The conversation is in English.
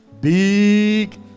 Big